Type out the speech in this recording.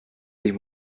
sich